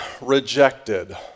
rejected